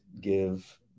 give